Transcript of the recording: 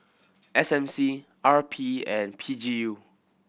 S M C R P and P G U